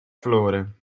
verloren